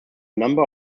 number